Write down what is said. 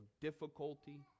difficulty